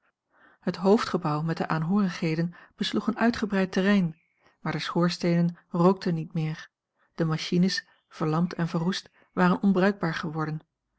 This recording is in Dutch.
het hoofdgebouw met de aanhoorigheden besloeg een uitgebreid terrein maar de schoorsteenen rookten niet meer de machines verlamd en verroest waren onbruikbaar geworden